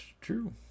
true